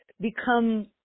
Become